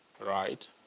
Right